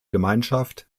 gemeinschaft